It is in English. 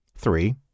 Three